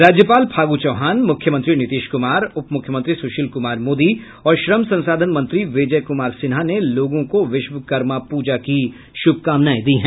राज्यपाल फागु चौहान मुख्यमंत्री नीतीश कुमार उपमुख्यमंत्री सुशील कुमार मोदी और श्रम संसाधन मंत्री विजय कुमार सिन्हा ने लोगों को विश्वकर्मा पूजा की शुभकामनाएं दी हैं